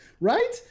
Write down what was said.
right